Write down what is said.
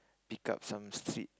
pick up some shit